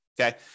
Okay